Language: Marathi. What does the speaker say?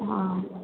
हां